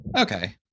Okay